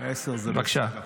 בבקשה.